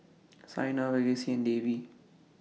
Saina Verghese and Devi